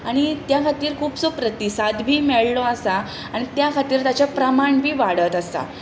आनी त्या खातीर खुबसो प्रतिसादय मेळ्ळो आसा आनी त्या खातीर ताचें प्रमाण बी वाडत आसा